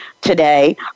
today